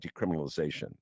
decriminalization